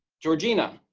georgina.